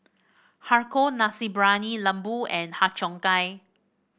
Har Kow Nasi Briyani Lembu and Har Cheong Gai